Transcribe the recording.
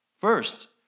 First